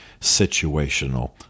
situational